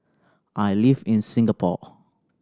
I live in Singapore